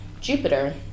Jupiter